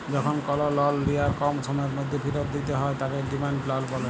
যখল call loan লিয়ার কম সময়ের ম্যধে ফিরত দিতে হ্যয় তাকে ডিমাল্ড লল ব্যলে